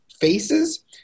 faces